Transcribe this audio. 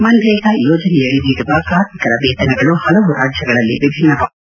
ಮನ್ರೇಗಾ ಯೋಜನೆಯಡಿ ನೀಡುವ ಕಾರ್ಮಿಕರ ವೇತನಗಳು ಹಲವು ರಾಜ್ಗಗಳಲ್ಲಿ ವಿಭಿನ್ನವಾಗಿದ್ದು